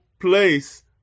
place